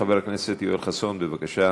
חבר הכנסת יואל חסון, בבקשה.